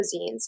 cuisines